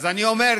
אז אני אומר,